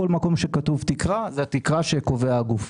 בכל מקום שכתוב תקרה, הכוונה לתקרה שקובע הגוף.